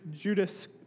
Judas